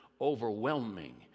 overwhelming